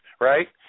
right